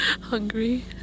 hungry